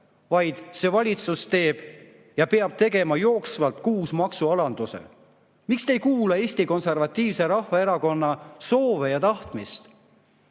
Vaid see valitsus teeb ja peab tegema jooksvalt kuus maksualanduse. Miks te ei kuula Eesti Konservatiivse Rahvaerakonna soove ja tahtmist?